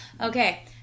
Okay